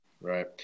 Right